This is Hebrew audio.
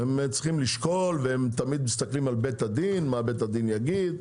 הם צריכים לשקול והם תמיד מסתכלים על בית הדין מה בית הדין יגיד,